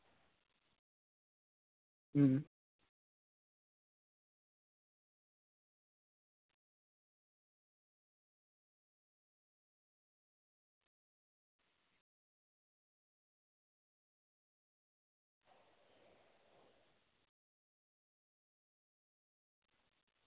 ᱦᱩᱸ